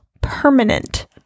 permanent